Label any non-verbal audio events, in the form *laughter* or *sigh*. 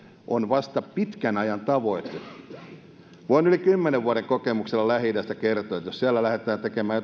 on vasta pitkän ajan tavoite voin yli kymmenen vuoden kokemuksella lähi idästä kertoa että jos siellä lähdetään tekemään *unintelligible*